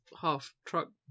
half-truck